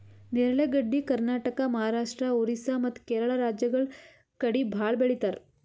ನೇರಳೆ ಗಡ್ಡಿ ಕರ್ನಾಟಕ, ಮಹಾರಾಷ್ಟ್ರ, ಓರಿಸ್ಸಾ ಮತ್ತ್ ಕೇರಳ ರಾಜ್ಯಗಳ್ ಕಡಿ ಭಾಳ್ ಬೆಳಿತಾರ್